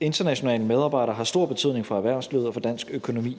Internationale medarbejdere har stor betydning for erhvervslivet og for dansk økonomi,